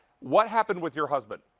what happened with your husband?